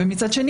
ומצד שני